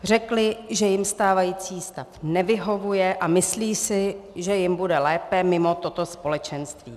Řekli, že jim stávající stav nevyhovuje, a myslí si, že jim bude lépe mimo toto společenství.